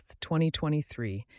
2023